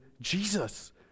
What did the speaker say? jesus